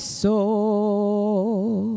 soul